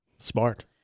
Smart